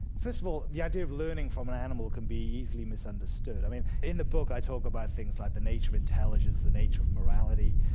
first of all the idea of learning from an animal can be easily misunderstood. i mean in the book i talk about things like the nature of intelligence, the nature of morality,